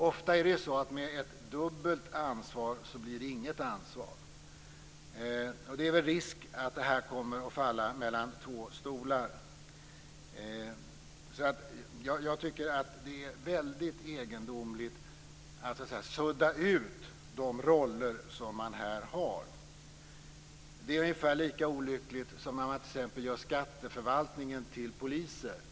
Ofta är det så att med ett dubbelt ansvar blir det inget ansvar. Det finns väl risk för att detta kommer att falla mellan två stolar. Jag tycker att det är väldigt egendomligt att sudda ut de roller som man här har. Det är ungefär lika olyckligt som när man t.ex. gör skatteförvaltningen till poliser.